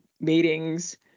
meetings